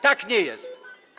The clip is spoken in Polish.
Tak nie jest.